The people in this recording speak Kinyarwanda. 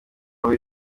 roho